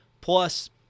plus